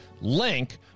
link